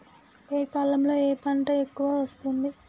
ఏ కాలంలో ఏ పంట ఎక్కువ వస్తోంది?